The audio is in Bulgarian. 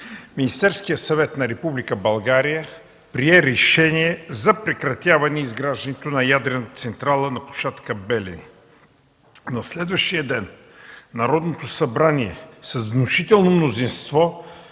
Министерският съвет на Република България прие решение за прекратяване изграждането на ядрената централа на площадка „Белене”. На следващия ден Народното събрание с внушително мнозинство